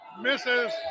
misses